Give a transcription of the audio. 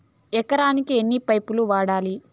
ఎకరాకి ఎన్ని పైపులు వాడాలి?